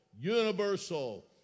universal